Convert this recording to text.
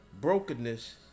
Brokenness